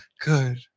Good